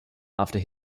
after